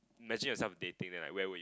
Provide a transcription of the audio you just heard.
imagine yourself dating like where will you